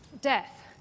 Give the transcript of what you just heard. death